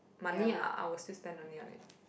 money ah I will still spend money on it